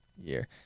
year